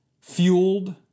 fueled